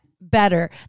better